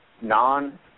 non